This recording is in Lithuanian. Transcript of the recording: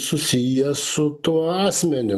susijęs su tuo asmeniu